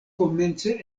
komence